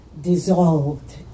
dissolved